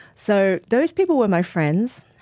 so those people were my friends,